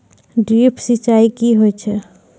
Drip सिंचाई कि होय छै?